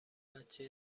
بچه